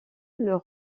leur